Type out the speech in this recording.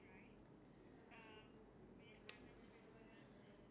I don't know like you is like far away